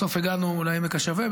בסוף הגענו לעמק השווה,